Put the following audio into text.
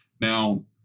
Now